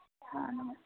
हाँ नमस